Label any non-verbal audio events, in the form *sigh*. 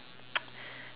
*noise*